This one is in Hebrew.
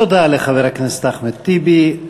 תודה לחבר הכנסת אחמד טיבי,